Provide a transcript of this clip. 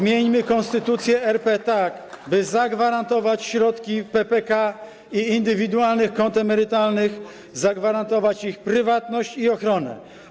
Zmieńmy Konstytucję RP tak, aby zagwarantować środki PPK i indywidualnych kont emerytalnych, zagwarantować ich prywatność i ochronę.